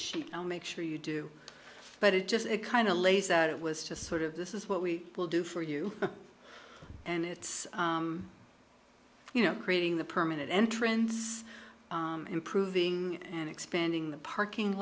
sheep i'll make sure you do but it just kind of lays out it was just sort of this is what we will do for you and it's you know creating the permanent entrance improving and expanding